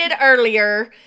earlier